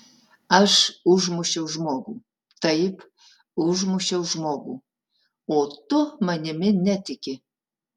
aš užmušiau žmogų taip užmušiau žmogų o tu manimi netiki